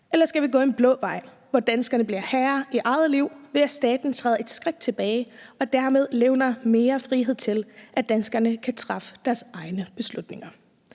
eller skal vi gå en blå vej, hvor danskerne bliver herre i eget liv, ved at staten træder et skridt tilbage og dermed levner mere frihed, til at danskerne kan træffe deres egne beslutninger?